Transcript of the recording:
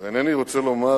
אינני רוצה לומר